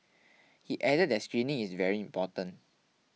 he added that screening is very important